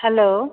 hello